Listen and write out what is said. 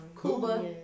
Cuba